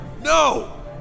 No